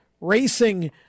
racing